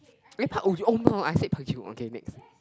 eh Park Ji oh no I said Park Ji hoon okay next